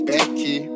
Becky